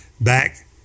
back